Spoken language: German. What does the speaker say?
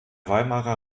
weimarer